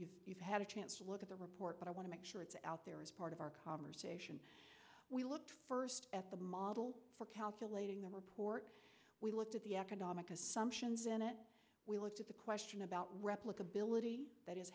that you've had a chance to look at the report but i want to make sure it's out there as part of our conversation we looked first at the model for calculating the report we looked at the economic assumptions in it we looked at the question about replicability